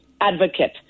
advocate